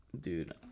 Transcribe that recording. dude